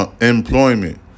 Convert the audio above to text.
Employment